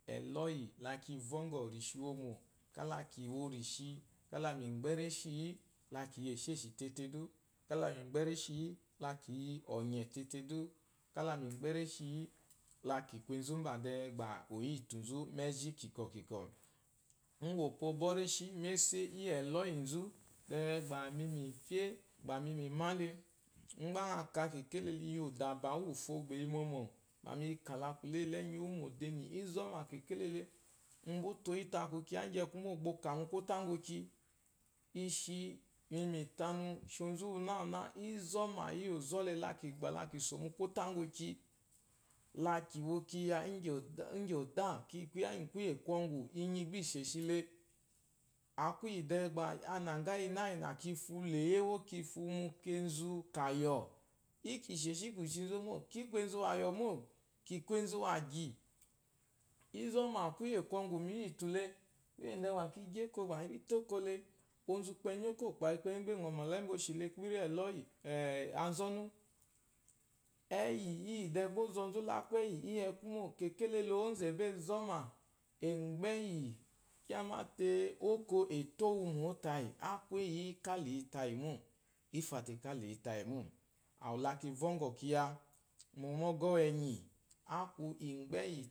Eloyi lakivongwɔ rishi womo kala ki wo rishi kala ki gbe reshiyi la ki yi eshseshi tete du kala gbe reshi la kiyi ɔnye tete du, kala gbe reshi la ki kun kunkwo-konkwɔ ugwu opo bworreshi mese iyi eloyi nzu de gha mi mife gba mimimale ngba ngha ka kele yi udaba wufo bayi mɔmɔ me kala kuleyi la enyiwu mu odeni izoma kekelele otoyi te aku kiya nyi ekumo bwo oka mu kofa ngwu eki ishi mi yi tanu oshi onzu owuna wuna inzoma iyi ozobe la gbala ki so mu kofa eki la ki wo kiya ngyi oda kiya ngyi koye kwɔgwu inyi gba isheshi le, aku yi de gba ananga iyina-iyina ba ki fuloyi ewo kifumu kenzu kayo iki sheshi ki shinzu mo ki kun enzu wayo mo ki kun enzuwgi izoma koye kungun miyitule, kuye de gha ki to eko gba ki gyi ekole onzu ukpenyi okokpayi ukpenyi gba oshile gbiri eloyi anzonu eyi iyi bwɔ ɔzɔnzɔ aku eyi iyi yiku mo kekelele mzuaba zɔma egbe eyi kyamate oko eto womo tayi aku yi ka lifayi mo, efafe ka litayi mo awu laki vongho kiya mu ogoh uwenyi akun igbe eyi.